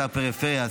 שר הפריפריה,